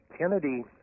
Kennedy